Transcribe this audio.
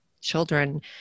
children